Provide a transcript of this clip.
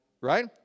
right